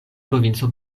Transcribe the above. provinco